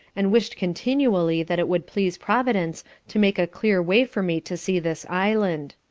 and wish'd continually that it would please providence to make a clear way for me to see this island.